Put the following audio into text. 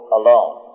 alone